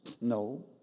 No